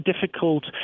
difficult